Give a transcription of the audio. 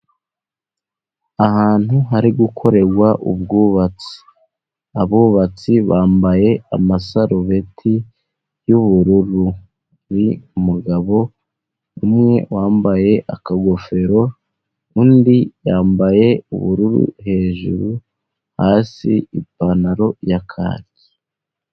Ahantu hari gukorerwa ubwubatsi. Abubatsi bambaye amasarubeti y'ubururu. Ni umugabo umwe wambaye akagofero, undi yambaye ubururu hejuru, hasi ipantaro ya kaki.